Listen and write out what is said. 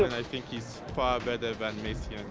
i think he's far better than messi and